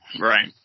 Right